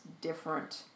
different